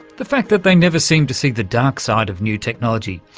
the fact that they never seem to see the dark side of new technology.